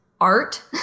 art